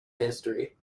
history